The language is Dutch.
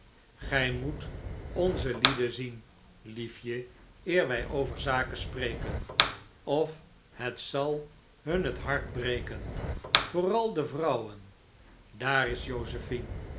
gij moet onze lieden zien liefje eer wij over zaken spreken of het zal hun het hart breken vooral de vrouwen daar is